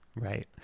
Right